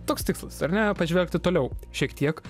toks tikslas ar ne pažvelgti toliau šiek tiek